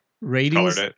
ratings